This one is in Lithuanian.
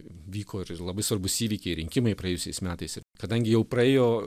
vyko ir labai svarbūs įvykiai rinkimai praėjusiais metais ir kadangi jau praėjo